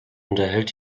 unterhält